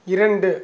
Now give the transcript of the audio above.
இரண்டு